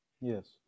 Yes